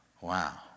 Wow